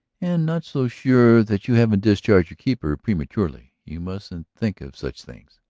and not so sure that you haven't discharged your keeper prematurely. you mustn't think of such things.